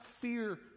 fear